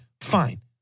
Fine